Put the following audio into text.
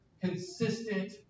consistent